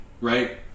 right